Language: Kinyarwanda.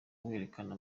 werekana